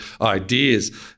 ideas